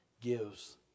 gives